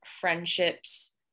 friendships